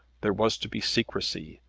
there was to be secrecy,